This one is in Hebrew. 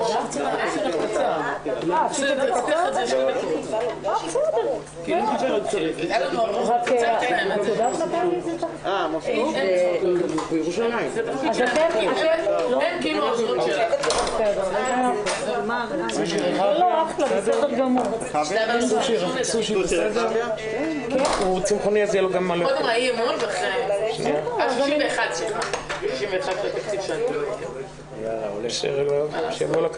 13:37.